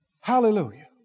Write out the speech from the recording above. Hallelujah